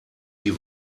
die